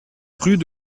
rue